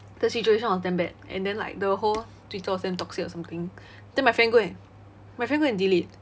the situation was damn bad and then like the whole twitter was damn toxic or something then my friend go and my friend go and delete